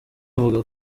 avuga